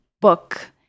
book